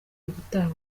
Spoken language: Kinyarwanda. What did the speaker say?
ubutaha